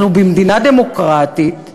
אנחנו במדינה דמוקרטית,